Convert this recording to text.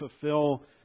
fulfill